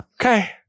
okay